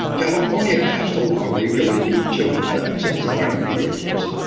california passed a law regulating children's access to violent video games.